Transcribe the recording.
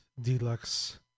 Deluxe